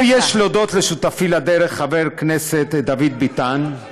שוב, יש להודות לשותפי לדרך, חבר הכנסת דוד ביטן.